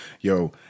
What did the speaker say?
Yo